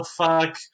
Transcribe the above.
fuck